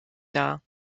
dar